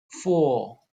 four